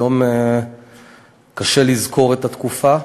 היום קשה לזכור את התקופה,